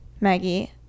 Maggie